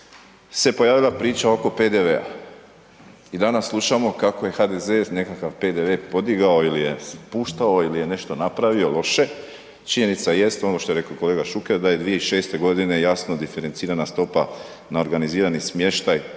se pojavila priča oko PDV-a. I danas slušamo kako je HDZ nekakav PDV podigao ili je spuštao ili je nešto napravio loše. Činjenica jest, ono što je reko kolega Šuker, da je 2006. godine jasno diferencirana stopa na organizirani smještaj